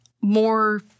more